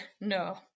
no